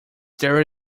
there